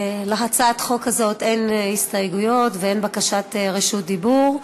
להצעת חוק זו אין הסתייגויות ואין בקשת רשות דיבור,